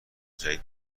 جدید